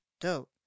Dope